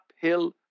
uphill